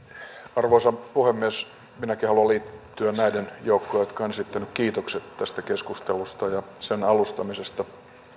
arvoisa puhemies minäkin haluan liittyä näiden joukkoon jotka ovat esittäneet kiitokset tästä keskustelusta ja sen alustamisesta